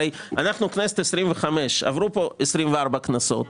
הרי אנחנו כנסת 25, עברו כאן 24 כנסות,